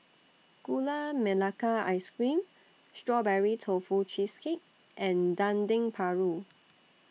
Gula Melaka Ice Cream Strawberry Tofu Cheesecake and Dendeng Paru